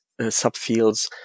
subfields